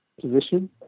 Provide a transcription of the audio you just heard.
position